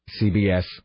CBS